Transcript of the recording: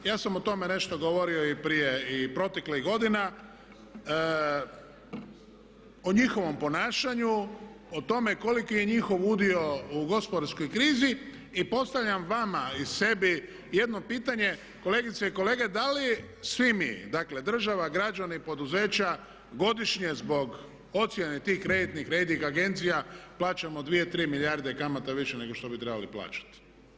Ja sam o tome nešto govorio i prije i proteklih godina, o njihovom ponašanju, o tome koliko je njihov udio u gospodarskoj krizi i postavljam vama i sebi jedno pitanje, kolegice i kolege da li svi mi, dakle država, građani, poduzeća godišnje zbog ocjene tih kreditnih rejting agencija plaćamo dvije, tri milijarde kamata više nego što bi trebali plaćati.